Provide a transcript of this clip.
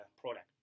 product